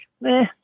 meh